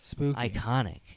iconic